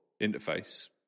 interface